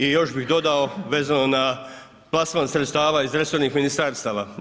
I još bih dodao vezano na plasman sredstava iz resornih ministarstava.